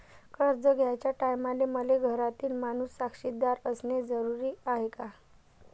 कर्ज घ्याचे टायमाले मले घरातील माणूस साक्षीदार असणे जरुरी हाय का?